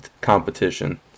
competition